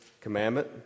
commandment